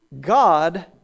God